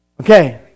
Okay